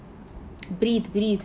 breathe breathe